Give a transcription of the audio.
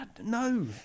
no